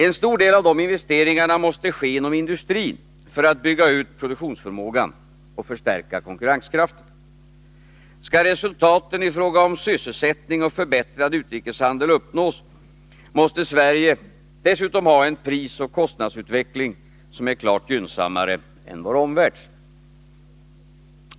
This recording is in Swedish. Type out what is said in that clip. En stor del av dessa investeringar måste ske inom industrin för att man skall kunna bygga ut produktionsförmågan och förstärka konkurrenskraften. Skall resultaten i fråga om sysselsättning och förbättrad utrikeshandel uppnås, måste Sverige dessutom uppvisa en prisoch kostnadsutveckling, som är klart gynnsammare än vår omvärlds.